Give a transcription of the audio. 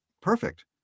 perfect